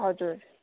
हजुर